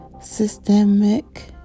systemic